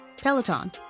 Peloton